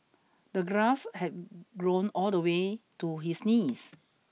the grass had grown all the way to his knees